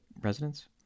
residents